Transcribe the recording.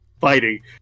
fighting